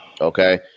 okay